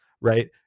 right